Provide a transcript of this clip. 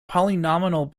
polynomial